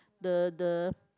the the